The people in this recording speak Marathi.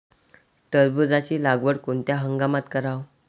टरबूजाची लागवड कोनत्या हंगामात कराव?